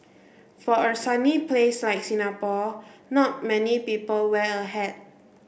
for a sunny place like Singapore not many people wear a hat